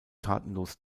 tatenlos